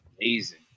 amazing